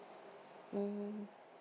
mm